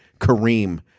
Kareem